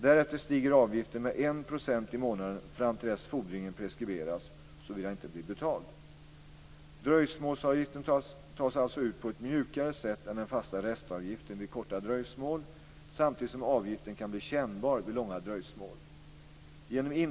Därefter stiger avgiften med 1 % i månaden fram till dess fordringen preskriberas, såvida den inte blir betald. Dröjsmålsavgiften tas alltså ut på ett mjukare sätt än den fasta restavgiften vid korta dröjsmål, samtidigt som avgiften kan bli kännbar vid långa dröjsmål.